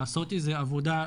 לעשות איזה עבודה בפנים.